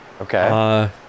okay